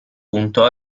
punto